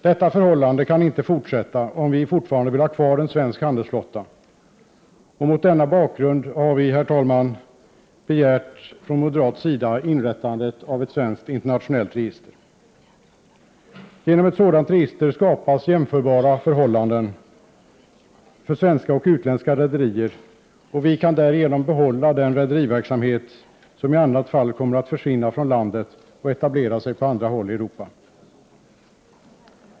Detta förhållande kan inte fortsätta om vi fortfarande vill ha kvar en svensk handelsflotta, och mot denna bakgrund har moderata samlingspartiet, herr talman, begärt inrättandet av ett svenskt internationellt register. Genom ett sådant register skapas jämförbara förhållanden för svenska och utländska rederier, och vi kan därigenom behålla den rederiverksamhet som i annat fall kommer att försvinna från landet och etablera sig på annat håll i Europa.